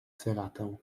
ceratę